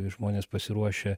žmonės pasiruošę